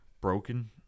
broken